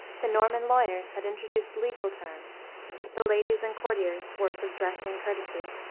the norman lawyers had introduced legal terms the ladies and courtiers, words of dress and courtesy.